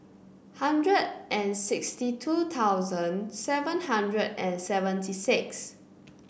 hundred and sixty two thousand seven hundred and seventy six